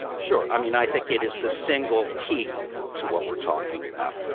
sure. i mean, i think it is the single key to what we're talking about.